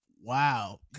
Wow